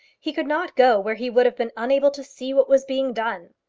he could not go where he would have been unable to see what was being done.